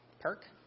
perk